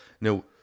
Now